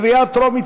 בקריאה טרומית.